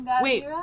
wait